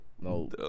No